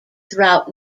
throughout